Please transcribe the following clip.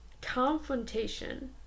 confrontation